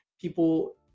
people